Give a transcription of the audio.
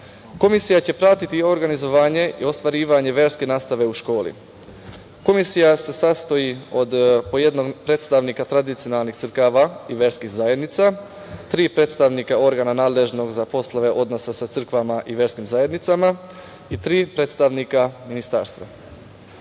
Komisija će pratiti organizovanje i ostvarivanje verske nastave u školi. Komisija se sastoji od po jednog predstavnika tradicionalnih crkava i verskih zajednica, tri predstavnika organa nadležnog za poslove odnosa sa crkvama i verskim zajednicama i tri predstavnika ministarstva. Komisija